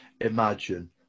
imagine